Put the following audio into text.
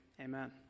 Amen